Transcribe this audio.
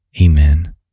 Amen